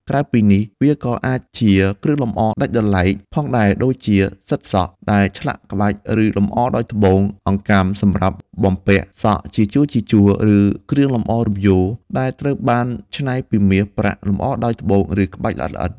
ក្រៅពីនេះ វាក៏អាចជា គ្រឿងលម្អដាច់ដោយឡែក ផងដែរ ដូចជា សិតសក់ ដែលឆ្លាក់ក្បាច់ ឬលម្អដោយត្បូង អង្កាំសម្រាប់បំពាក់សក់ ជាជួរៗ ឬ គ្រឿងលម្អរំយោល ដែលត្រូវបានច្នៃពីមាស ប្រាក់ លម្អដោយត្បូង ឬក្បាច់ល្អិតៗ។